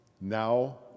Now